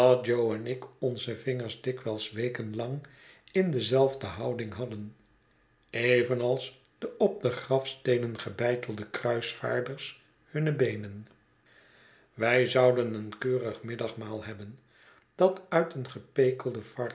en ik onze vingers dikwijls weken lang in dezelfde houding hadden evenals de op de grafsteenen gebeitelde kruisvaarders hunne beenen wij zouden een keurig middagmaal hebben dat uit een